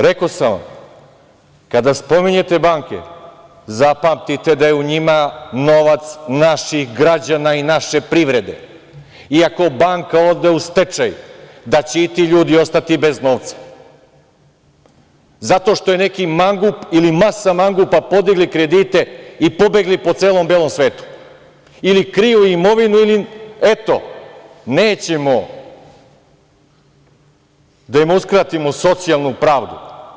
Rekao sam vam, kada spominjete banke, zapamtite da je u njima novac naših građana i naše privrede, i ako banka ode u stečaj da će i ti ljudi ostati bez novca zato što je neki mangup ili masa mangupa podigla kredite i pobegla po celom belom svetu, ili kriju imovinu, ili, eto nećemo da im uskratimo socijalnu pravdu.